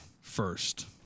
first